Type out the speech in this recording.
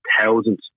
thousands